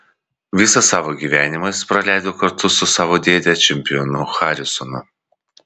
visą savo gyvenimą jis praleido kartu su savo dėde čempionu harisonu